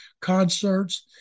concerts